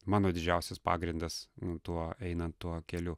mano didžiausias pagrindas nu tuo einant tuo keliu